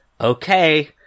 Okay